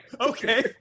Okay